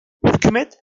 hükümet